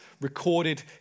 recorded